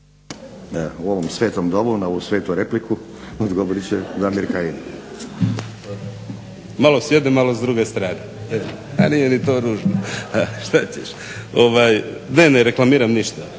U ovom svetom domu na ovu svetu repliku odgovorit će Damir Kajin. **Kajin, Damir (Nezavisni)** Malo s jedne, malo s druge strane. A nije ni to ružno, a šta ćeš. Ne reklamiram ništa,